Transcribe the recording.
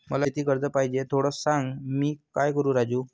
मला शेती कर्ज पाहिजे, थोडं सांग, मी काय करू राजू?